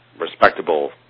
Respectable